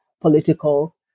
political